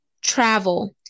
travel